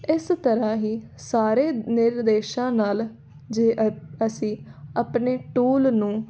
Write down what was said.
ਇਸ ਤਰ੍ਹਾਂ ਹੀ ਸਾਰੇ ਨਿਰਦੇਸ਼ਾਂ ਨਾਲ ਜੇ ਅ ਅਸੀਂ ਆਪਣੇ ਟੂਲ ਨੂੰ